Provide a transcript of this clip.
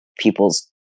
people's